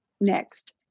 next